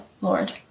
Lord